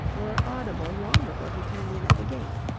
were audible long before he turned in at the gate.